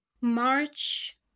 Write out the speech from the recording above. March